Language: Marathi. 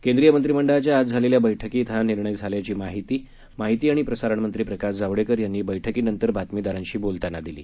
केंद्रीय मंत्रीमंडळाच्या आज झालेल्या बळ्कीत हा निर्णय झाल्याचं माहिती आणि प्रसारण मंत्री प्रकाश जावडेकर यांनी बळ्कीनंतर बातमीदारांशी बोलताना सांगितलं